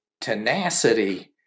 tenacity